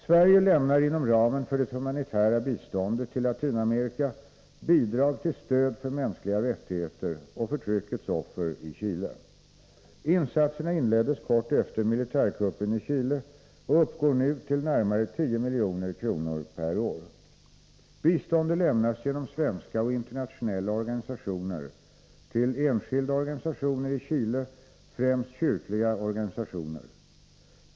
Sverige lämnar inom ramen för det humanitära biståndet till Latinamerika bidrag till stöd för mänskliga rättigheter och förtryckets offer i Chile. Insatserna inleddes kort efter militärkuppen i Chile och uppgår nu till närmare 10 milj.kr. per år. Biståndet lämnas genom svenska och internationella organisationer till enskilda organisationer i Chile, främst kyrkliga organisationer.